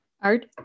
Art